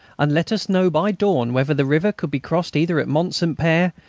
and let us know by dawn whether the river could be crossed either at mont saint pere,